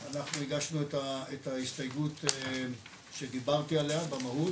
אנחנו הגשנו את ההסתייגות שדיברתי עליהם במהות.